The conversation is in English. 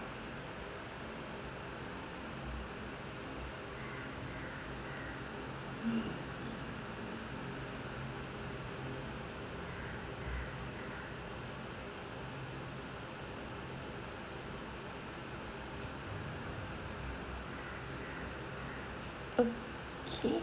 okay